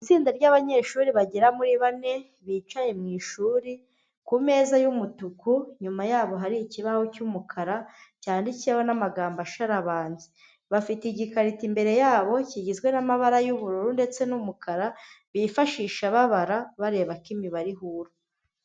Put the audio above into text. Itsinda ryabanyeshuri bagera muri bane bicaye mu ishuri kumeza y'umutuku, inyuma yabo hari ikibaho cy'umukara cyanditseho n'amagambo asharabanze, bafite igikarito imbere yabo kigizwe n'amabara y'ubururu ndetse n'umukara, bifashisha babara bareba ko imibare ihura.